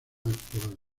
actual